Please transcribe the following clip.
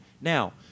Now –